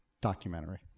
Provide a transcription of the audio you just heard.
documentary